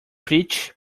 peach